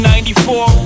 94